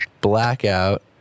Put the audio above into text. Blackout